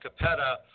Capetta